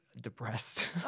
depressed